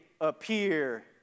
appear